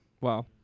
Wow